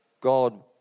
God